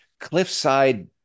cliffside